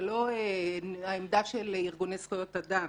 זה לא העמדה של ארגוני זכויות אדם